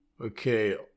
Okay